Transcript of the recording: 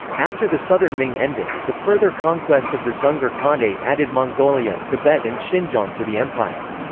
after the southern ming ended, the further conquest of the dzungar khanate added mongolia, tibet and xinjiang to the empire.